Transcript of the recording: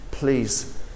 Please